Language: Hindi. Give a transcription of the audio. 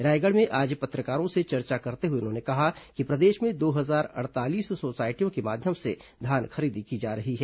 रायगढ़ में आज पत्रकारों से चर्चा करते हुए उन्होंने कहा कि प्रदेश में दो हजार अड़तालीस सोसायटियों के माध्यम से धान खरीदी की जा रही है